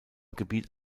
gebiet